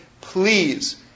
please